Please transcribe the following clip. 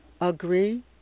Agree